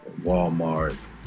Walmart